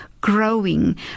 growing